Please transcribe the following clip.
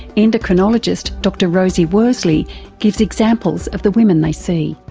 endocrinologist dr rosie worsley gives examples of the women they see.